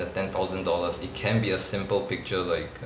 the ten thousand dollars it can be a simple picture like